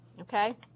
okay